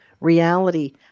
reality